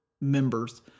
members